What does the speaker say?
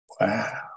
wow